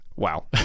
wow